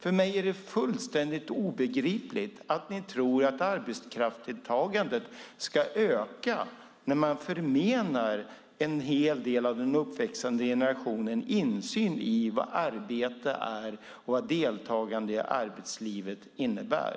För mig är det fullständigt obegripligt att ni tror att arbetskraftsdeltagandet ska öka när man förmenar en hel del av den uppväxande generationen insyn i vad arbete är och vad deltagande i arbetslivet innebär.